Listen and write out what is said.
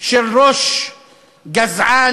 של ראש גזען.